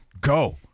go